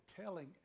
telling